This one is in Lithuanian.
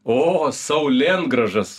o saulėngrąžas